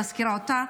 אני מזכירה אותה,